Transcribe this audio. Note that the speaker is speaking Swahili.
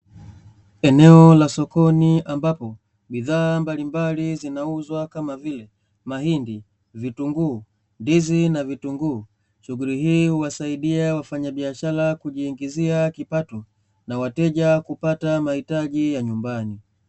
Eneo la sokoni, ambapo bidhaa mbalimbali zinauzwa kama vile; mahindi, vitunguu, ndizi na vitunguu. Shughuli hii huwasaidia wafanyabiashara kujiingizia kipato na wateja kupata mahitaji ya nyumbani.